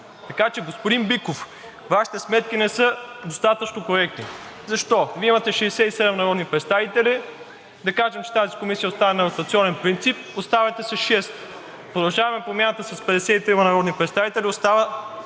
Така че, господин Биков, Вашите сметки не са достатъчно коректни. Защо? Вие имате 67 народни представители, да кажем, че тази комисия остане на ротационен принцип, останалите са шест. „Продължаваме Промяната“ е с 53 народни представители – остава